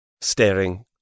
Staring